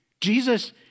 Jesus